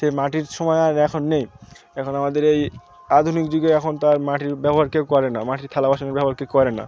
সেই মাটির সময় আর এখন নেই এখন আমাদের এই আধুনিক যুগে এখন তার মাটির ব্যবহার কেউ করে না মাটির থালা বাসনের ব্যবহার কেউ করে না